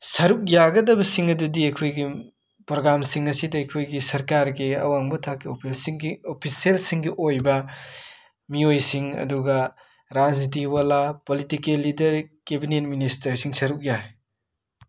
ꯁꯔꯨꯛ ꯌꯥꯒꯗꯕꯁꯤꯡ ꯑꯗꯨꯗꯤ ꯑꯩꯈꯣꯏꯒꯤ ꯄꯣꯔꯒꯥꯝꯁꯤꯡ ꯑꯁꯤꯗ ꯑꯩꯈꯣꯏꯒꯤ ꯁꯔꯀꯥꯔꯒꯤ ꯑꯋꯥꯡꯕ ꯊꯥꯛꯀꯤ ꯑꯣꯄꯤꯁꯁꯤꯡꯒꯤ ꯑꯣꯄꯤꯁꯦꯜꯁꯤꯡꯒꯤ ꯑꯣꯏꯕ ꯃꯤꯑꯣꯏꯁꯤꯡ ꯑꯗꯨꯒ ꯔꯥꯖꯅꯤꯇꯤ ꯋꯥꯂꯥ ꯄꯣꯂꯤꯇꯤꯀꯦꯜ ꯂꯤꯗꯔ ꯀꯦꯕꯤꯅꯦꯠ ꯃꯤꯅꯤꯁꯇꯔꯁꯤꯡ ꯁꯔꯨꯛ ꯌꯥꯏ